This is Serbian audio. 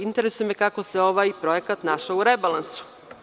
Interesuje me – kako se ovaj projekat našao u rebalansu?